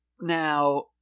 Now